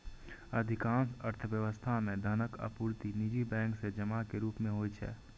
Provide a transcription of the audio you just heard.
अधिकांश अर्थव्यवस्था मे धनक आपूर्ति निजी बैंक सं जमा के रूप मे होइ छै